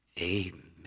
Amen